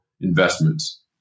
investments